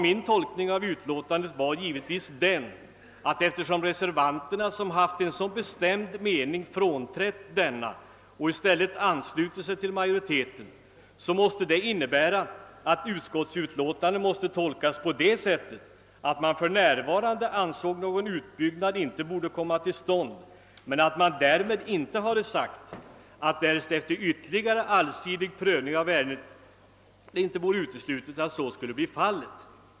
Min tolkning av utskottsutlåtandet var givetvis den att eftersom reservanterna, som hade haft en så bestämd mening, hade frånträtt denna och i stället anslutit sig till majoriteten måste det innebära att man ansåg att någon utbyggnad för närvarande inte borde komma till stånd men att man därmed inte hade sagt att en utbyggnad inte skulle kunna göras därest en sådan skulle anses nödvändig efter ytterligare allsidig prövning av ärendet.